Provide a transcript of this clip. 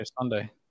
Sunday